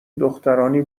دخترانی